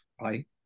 right